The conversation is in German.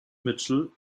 mitchell